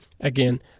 Again